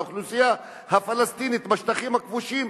לאוכלוסייה הפלסטינית בשטחים הכבושים,